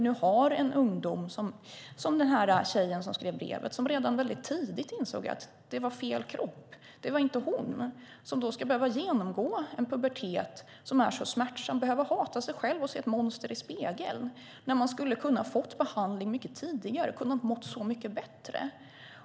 Ska en ungdom, som den här tjejen som skrev brevet, som väldigt tidigt inser att det är fel kropp, att det inte är hon, behöva genomgå en pubertet som är så smärtsam och hata sig själv och se ett monster i spegeln när hon kunde ha fått behandling tidigare och mått så mycket bättre?